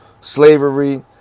slavery